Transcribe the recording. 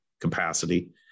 capacity